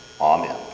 amen